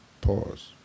Pause